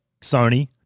Sony